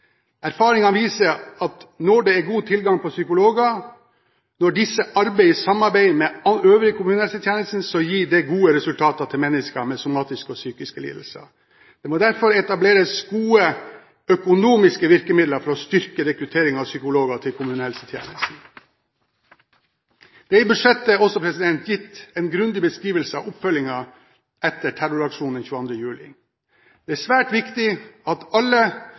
Erfaringene viser at når det er god tilgang på psykologer, når disse samarbeider med den øvrige kommunehelsetjenesten, gir det gode resultater for mennesker med somatiske og psykiske lidelser. Derfor må det etableres gode økonomiske virkemidler for å styrke rekrutteringen av psykologer til kommunehelsetjenesten. Det er i budsjettet også gitt en grundig beskrivelse av oppfølgingen etter terroraksjonen 22. juli. Det er svært viktig at alle